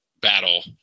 battle